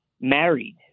married